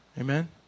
Amen